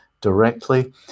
directly